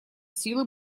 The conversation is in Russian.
силы